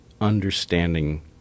understanding